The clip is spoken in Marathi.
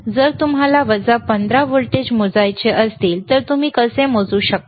जर तुम्हाला उणे 15 व्होल्ट मोजायचे असतील तर तुम्ही कसे मोजू शकता